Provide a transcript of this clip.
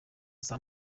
saa